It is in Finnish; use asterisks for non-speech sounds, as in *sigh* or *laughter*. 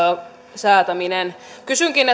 säätäminen kysynkin *unintelligible*